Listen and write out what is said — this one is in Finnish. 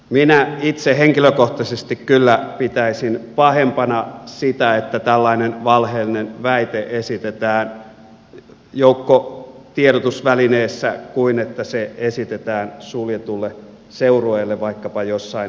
minä itse henkilökohtaisesti kyllä pitäisin pahempana sitä että tällainen valheellinen väite esitetään joukkotiedotusvälineessä kuin sitä että se esitetään suljetulle seurueelle vaikkapa jossain pubissa